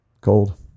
Cold